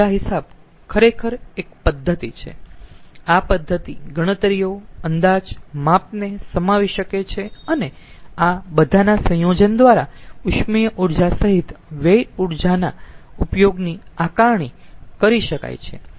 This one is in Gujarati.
ઊર્જા હિસાબ ખરેખર એક પદ્ધતિ છે આ પદ્ધતિ ગણતરીઓ અંદાજ માપને સમાવી શકે છે અને આ બધાના સંયોજન દ્વારા ઉષ્મીય ઊર્જા સહિત વ્યય ઊર્જાના ઉપયોગની આકારણી કરી શકાય છે